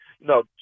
no